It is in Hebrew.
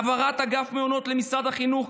העברת אגף מעונות למשרד החינוך,